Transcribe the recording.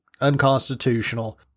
unconstitutional